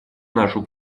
нашу